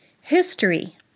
History